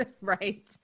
right